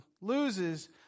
loses